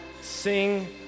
sing